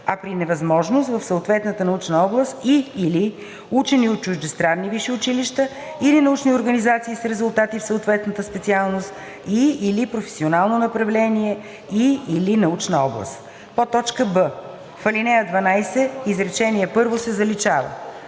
а при невъзможност – в съответната научна област, и/или учени от чуждестранни висши училища или научни организации с резултати в съответната специалност и/или професионално направление, и/или научна област;“ б) в ал. 12 изречение първо се заличава.